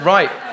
Right